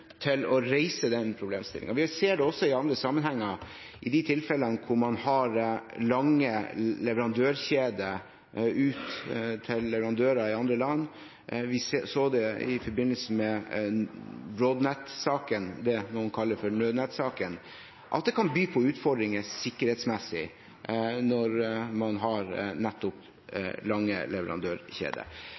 til å reise denne problemstillingen. Vi ser det også i andre sammenhenger i de tilfellene hvor man har lange leverandørkjeder ut til leverandører i andre land. Vi så i forbindelse med Broadnet-saken – det noen kaller for «Nødnett-saken» – at det kan by på utfordringer sikkerhetsmessig når man har lange leverandørkjeder.